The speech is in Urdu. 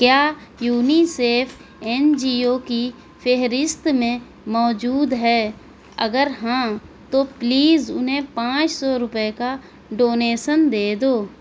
کیا یونیسیف این جی او کی فہرست میں موجود ہے اگر ہاں تو پلیز انہیں پانچ سو روپیے کا ڈونیسن دے دو